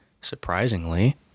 Surprisingly